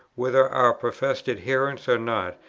whether our professed adherents or not,